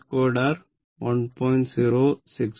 I 2 r 1